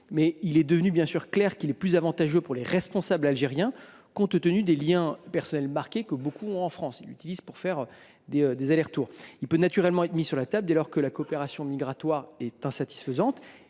mais il est devenu clair qu’il est plus avantageux pour les responsables algériens, compte tenu des liens personnels marqués que nombre d’entre eux ont en France ; ils l’utilisent pour faire des allers retours. Cet accord peut naturellement être mis sur la table dès lors que la coopération migratoire n’est pas satisfaisante.